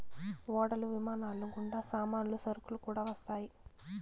ఓడలు విమానాలు గుండా సామాన్లు సరుకులు కూడా వస్తాయి